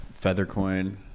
Feathercoin